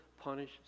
punish